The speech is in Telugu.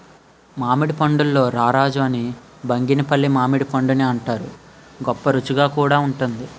మామిడి పండుల్లో రారాజు అని బంగినిపల్లి మామిడిపండుని అంతారు, గొప్పరుసిగా కూడా వుంటుంది